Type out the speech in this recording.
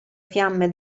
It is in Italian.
fiamme